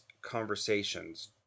conversations